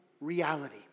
reality